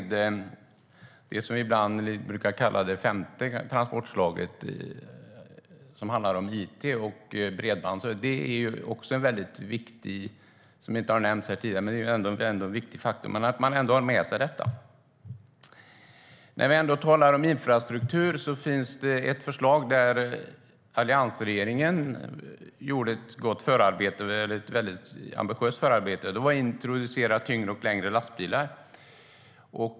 Det som ibland brukar kallas det femte transportslaget, it och bredband, som inte nämnts här tidigare, är också en väldigt viktig faktor att ha med sig. När vi ändå talar om infrastruktur kan jag nämna förslaget att introducera tyngre och längre lastbilar, vilket alliansregeringen gjorde ett väldigt ambitiöst förarbete till.